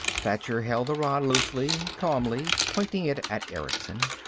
thacher held the rod loosely, calmly, pointing it at erickson.